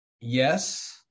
yes